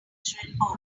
supernatural